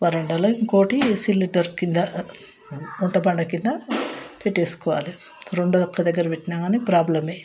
వరండాలో ఇంకోటి సిలిండర్ కింద బండ కింద పెట్టేసుకోవాలి రెండూ ఒకదగ్గర పెట్టినా కాని ప్రాబ్లమే